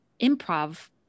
improv